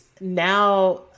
now